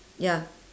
ya